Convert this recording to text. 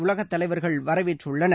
உலகத்தலைவர்கள் வரவேற்றுள்ளனர்